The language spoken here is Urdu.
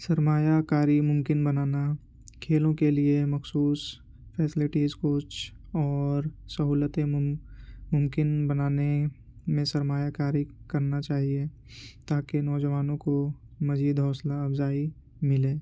سرمایہ کاری ممکن بنانا کھیلوں کے لیے مخصوص فیسلٹیز کچھ اور سہولتیں ممکن بنانے میں سرمایہ کاری کرنا چاہیے تاکہ نوجوانوں کو مزید حوصلہ افزائی ملے